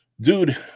Dude